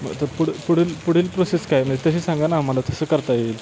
मग तर पुढं पुढील पुढील प्रोसेस काय म्हणजे तशी सांगा ना आम्हाला तसं करता येईल